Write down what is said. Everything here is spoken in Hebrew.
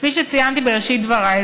כפי שציינתי בראשית דברי,